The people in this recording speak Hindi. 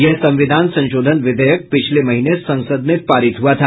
यह संविधान संशोधन विधेयक पिछले महीने संसद में पारित हुआ था